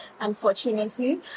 unfortunately